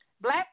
Black